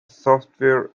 software